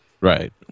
Right